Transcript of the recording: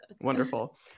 Wonderful